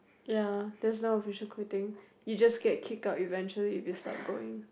ya there's no official quitting you just get kicked out eventually if you stop going